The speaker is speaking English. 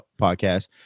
podcast